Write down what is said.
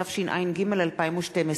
התשע"ג 2012,